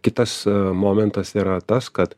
kitas momentas yra tas kad